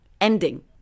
ending